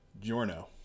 giorno